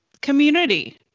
community